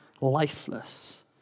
Lifeless